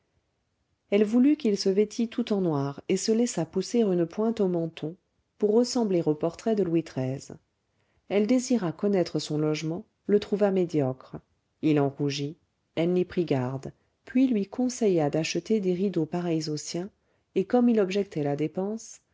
elle voulut qu'il se vêtît tout en noir et se laissât pousser une pointe au menton pour ressembler aux portraits de louis xiii elle désira connaître son logement le trouva médiocre il en rougit elle n'y prit garde puis lui conseilla d'acheter des rideaux pareils aux siens et comme il objectait la dépense